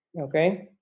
okay